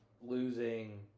losing